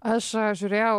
aš žiūrėjau